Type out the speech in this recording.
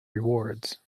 rewards